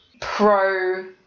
pro